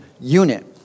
unit